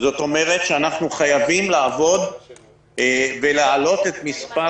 זאת אומרת שאנחנו חייבים להעלות את מספר